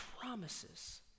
promises